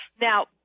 Now